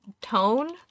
tone